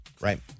right